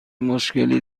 مشکلی